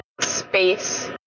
space